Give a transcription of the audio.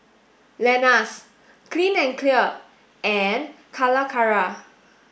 Lenas Clean and Clear and Calacara